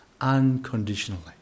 unconditionally